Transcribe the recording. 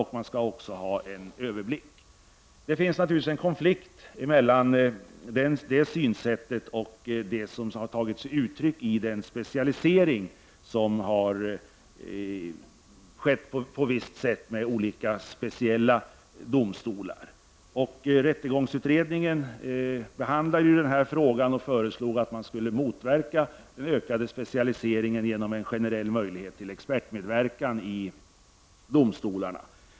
De skall också ha en överblick. Det finns naturligtvis en konflikt mellan detta synsätt och det som har tagit sig uttryck i den specialisering som har skett på visst sätt i olika speciella domstolar. Rättegångsutredningen behandlade frågan och föreslog att man skulle motverka den ökade specialiseringen genom en generell möjlighet till expertmedverkan i domstolarna.